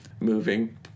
moving